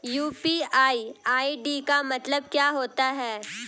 UPI ID का मतलब क्या होता है?